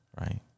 right